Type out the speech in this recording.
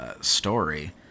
story